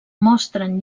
mostren